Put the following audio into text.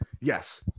Yes